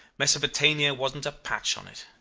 mesopotamia wasn't a patch on it.